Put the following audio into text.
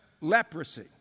leprosy